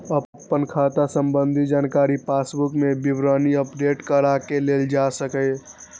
अपन खाता संबंधी जानकारी पासबुक मे विवरणी अपडेट कराके लेल जा सकैए